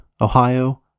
Ohio